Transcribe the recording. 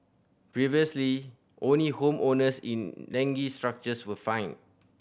previously only home owners in dengue structures were fined